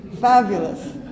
fabulous